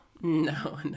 no